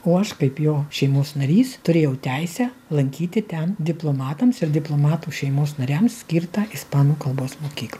o aš kaip jo šeimos narys turėjau teisę lankyti ten diplomatams ir diplomatų šeimos nariams skirtą ispanų kalbos mokykl